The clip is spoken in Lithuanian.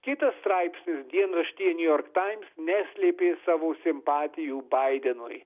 kitas straipsnis dienraštyje new york times neslėpė savo simpatijų baidenui